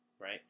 right